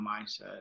mindset